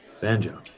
Banjo